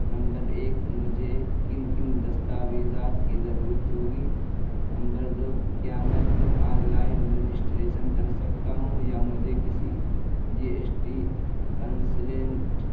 number ایک مجھے کن کن دستاویزات کی ضرورت ہوگی نمبر دو کیا میں خود آن لائن رجسٹریشن کر سکتا ہوں یا مجھے کسی جی ایس ٹی کنسلینٹ